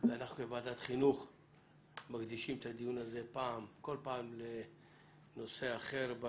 ואנחנו כוועדת חינוך מקדישים את הדיון הזה כל פעם לנושא אחר,